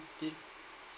it